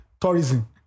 tourism